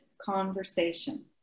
conversation